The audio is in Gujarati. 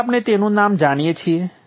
તેથી આપણે ઓક્ટેવ વર્કસ્પેસમાં જઈએ છીએ